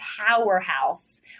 powerhouse